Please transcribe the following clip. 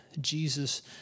Jesus